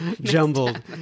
jumbled